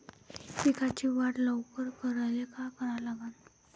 पिकाची वाढ लवकर करायले काय करा लागन?